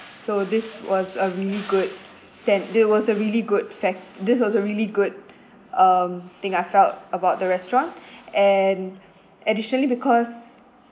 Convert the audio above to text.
so this was a really good stand it was a really good fac~ this was a really good um thing I felt about the restaurant and additionally because